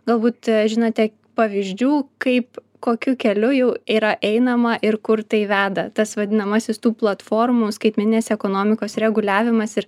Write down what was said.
galbūt žinote pavyzdžių kaip kokiu keliu jau yra einama ir kur tai veda tas vadinamasis tų platformų skaitmeninės ekonomikos reguliavimas ir